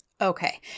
okay